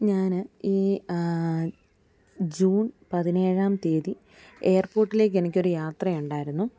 ഞാന് ഈ ജൂൺ പതിനേഴാം തീയതി എയർപോർട്ടിലേക്ക് എനിക്കൊരു യാത്ര ഉണ്ടായിരുന്നു